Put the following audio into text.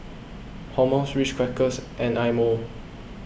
Hormel Ritz Crackers and Eye Mo